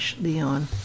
Leon